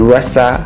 Rasa